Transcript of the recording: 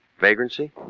Vagrancy